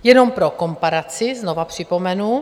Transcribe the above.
Jenom pro komparaci, znovu připomenu.